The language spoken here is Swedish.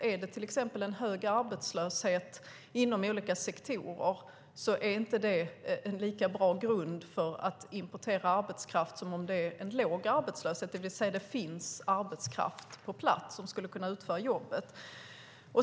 Om det till exempel var en hög arbetslöshet inom olika sektorer skulle det inte vara en lika bra grund för att importera arbetskraft som om det skulle vara en låg arbetslöshet. Då skulle det alltså finnas arbetskraft på plats som skulle kunna utföra jobbet.